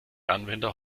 anwender